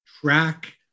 track